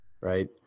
right